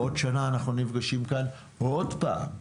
בעוד שנה אנחנו נפגשים כאן עוד פעם.